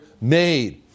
made